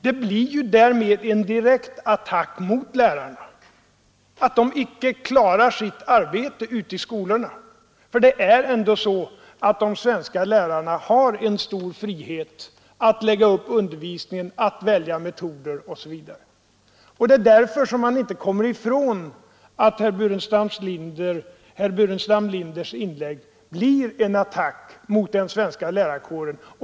De riktar därmed en direkt attack mot lärarna och antyder att dessa icke klarar sitt arbete ute i skolorna. De svenska lärarna har ändå en stor frihet att lägga upp undervisningen, välja metoder osv. Det är därför som man inte kommer ifrån att herr Burenstam Linders inlägg blir en attack mot den svenska lärarkåren.